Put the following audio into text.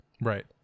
Right